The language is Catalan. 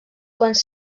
quants